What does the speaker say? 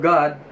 God